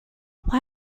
why